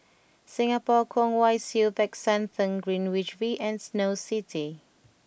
Singapore Kwong Wai Siew Peck San Theng Greenwich V and Snow City